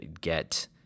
get